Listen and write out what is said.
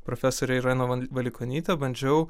profesorę ireną valikonytę bandžiau